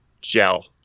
gel